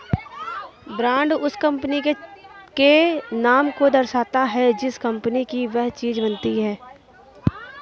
brand उस company के नाम को दर्शाता है जिस कंपनी की वह चीज बनी है